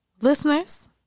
listeners